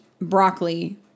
broccoli